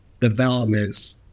developments